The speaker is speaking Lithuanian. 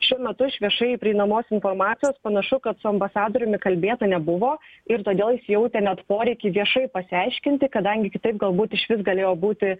šiuo metu iš viešai prieinamos informacijos panašu kad su ambasadoriumi kalbėta nebuvo ir todėl jis jautė net poreikį viešai pasiaiškinti kadangi kitaip galbūt išvis galėjo būti